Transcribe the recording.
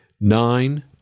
nine